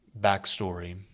backstory